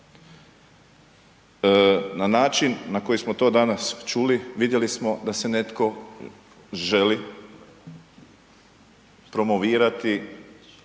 Na način na koji smo to danas čuli, vidjeli smo da se netko želi promovirati